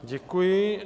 Děkuji.